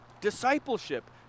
Discipleship